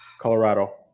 Colorado